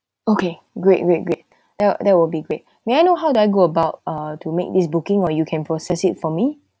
okay great great great that that will be great may I know how do I go about uh to make these booking or you can process it for me